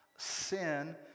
Sin